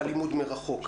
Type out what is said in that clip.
בלימוד מרחוק?